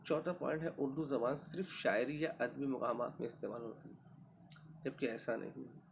چوتھا پوائنٹ ہے اردو زبان صرف شاعری یا ادبی مقامات میں استعمال ہوتی ہے جبکہ ایسا نہیں ہے